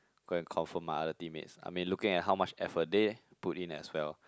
go and comfort my other team mates I mean looking at how much effort they put in as well